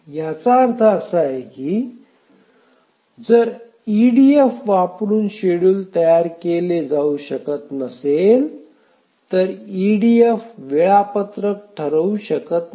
याचा अर्थ असा आहे की जर ईडीएफ वापरुन शेड्यूल तयार केले जाऊ शकत नसेल तर ईडीएफ वेळापत्रक ठरवू शकत नाही